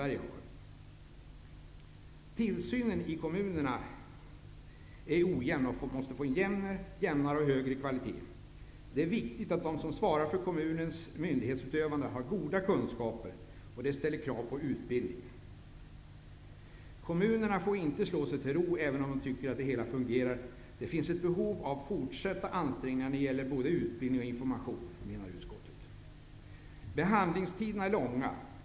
Utövandet av tillsynen i kommunerna är ojämn och måste få en jämnare och högre kvalitet. Det är viktigt att de som svarar för kommunens myndighetsutövande har goda kunskaper, vilket ställer krav på utbildning. Kommunerna får inte slå sig till ro, även om de tycker att det hela fungerar. Utskottet menar att det finns behov av fortsatta ansträngningar när det gäller både utbildning och information. Handläggningstiderna är långa.